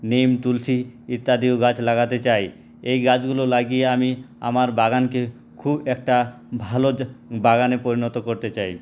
নিম তুলসী ইত্যাদিও গাছ লাগাতে চাই এই গাছগুলো লাগিয়ে আমি আমার বাগানকে খুব একটা ভালো বাগানে পরিণত করতে চাই